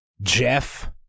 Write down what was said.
Jeff